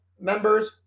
members